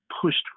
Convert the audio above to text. pushed